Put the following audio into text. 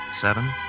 Seven